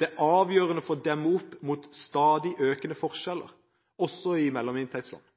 Det er avgjørende for å demme opp mot stadig økende forskjeller, også i mellominntektsland.